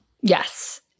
Yes